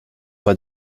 pas